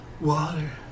Water